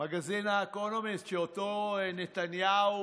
מגזין האקונומיסט, שאותו נתניהו